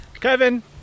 Kevin